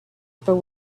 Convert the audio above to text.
upper